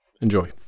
Enjoy